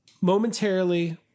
momentarily